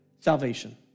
Salvation